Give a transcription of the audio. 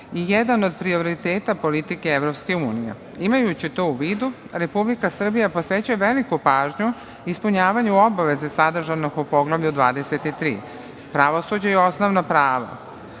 i jedan od prioriteta politike EU. Imajući to u vidu Republika Srbija posvećuje veliku pažnju ispunjavanju obaveze sadržanog u Poglavlju 23, pravosuđe i osnovno